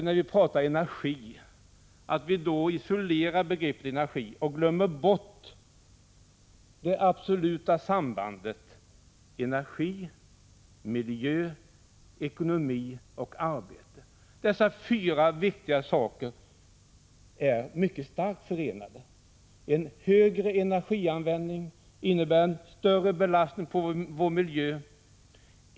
När man pratar om energi är det lätt att isolera begreppet energi och glömma bort det absoluta sambandet mellan energi, miljö, ekonomi och arbete. Dessa fyra viktiga begrepp är mycket starkt förenade. En högre energianvändning innebär större belastning på vår miljö.